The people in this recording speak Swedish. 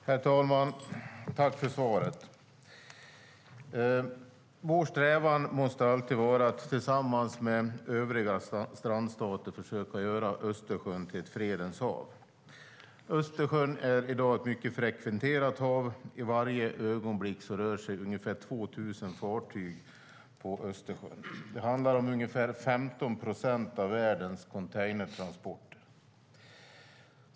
Herr talman! Jag tackar för svaret. Vår strävan måste alltid vara att tillsammans med övriga strandstater försöka göra Östersjön till ett fredens hav. Östersjön är i dag ett mycket frekventerat hav. I varje ögonblick rör sig ungefär 2 000 fartyg på Östersjön. Det handlar om ca 15 procent av världens containertransporter.